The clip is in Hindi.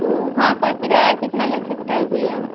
तो वहाँ का किराया कितना लग सकता है भैया